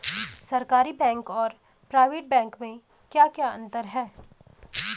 सरकारी बैंक और private bank में क्या क्या अंतर हैं?